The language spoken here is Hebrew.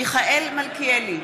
מיכאל מלכיאלי,